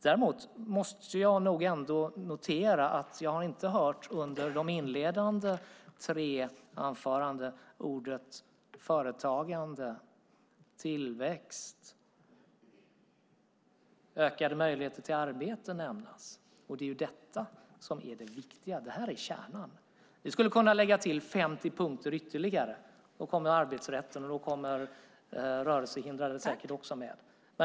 Däremot måste jag nog ändå notera att jag inte under de tre inledande anförandena har hört orden företagande, tillväxt och ökade möjligheter till arbete nämnas. Det är detta som är det viktiga och kärnan. Sedan kan man lägga till 50 punkter ytterligare. Då kommer arbetsrätten och rörelsehindrade säkert också med.